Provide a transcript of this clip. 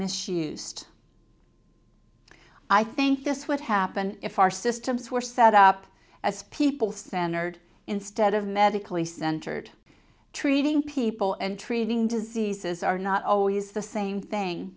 misused i think this would happen if our systems were set up as people standard instead of medically centered treating people and treating diseases are not always the same thing